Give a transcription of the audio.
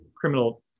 criminal